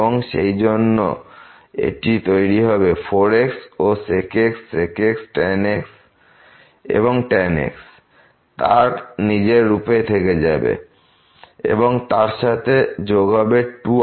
এবং সেই জন্য এটি তৈরি হবে 4x ও sec x sec x tan x এবংtan x তার নিজের রূপেই থেকে যাবে এবং তার সাথে যোগ হবে 2αx